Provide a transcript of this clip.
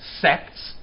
sects